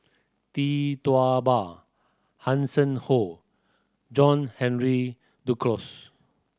Tee Tua Ba Hanson Ho John Henry Duclos